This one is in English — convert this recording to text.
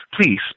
please